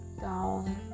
down